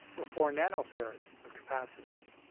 or four nanofarads, of capacitance.